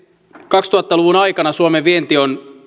kaksituhatta luvun aikana suomen vienti on